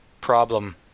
problem